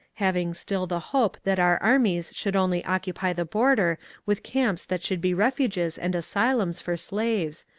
having still the hope that our armies should only occupy the border with camps that should be refuges and asylums for slaves,